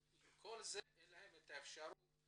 כל זה אין להם את האפשרות,